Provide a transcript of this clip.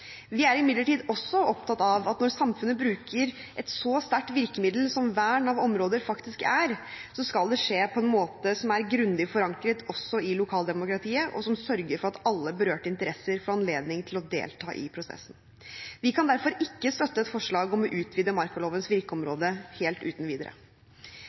Vi er imidlertid også opptatt av at når samfunnet bruker et så sterkt virkemiddel som vern av områder faktisk er, så skal det skje på en måte som er grundig forankret i lokaldemokratiet, og som sørger for at alle berørte interesser får anledning til å delta i prosessen. Vi kan derfor ikke støtte et forslag om å utvide markalovens virkeområde helt uten videre.